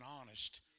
honest